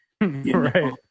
right